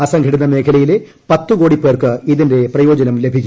അസംഘടിത മേഖലയിലെ പത്ത് കോടി പേർക്ക് ഇതിന്റെ പ്രയോജനം ലഭിക്കും